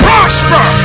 Prosper